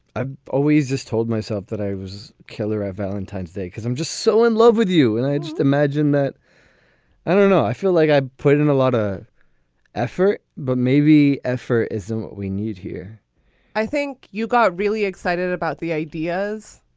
i've always just told myself that i was killer valentine's day because i'm just so in love with you. and i just imagined that i don't know i feel like i put in a lot of effort, but maybe effort isn't what we need here i think you got really excited about the ideas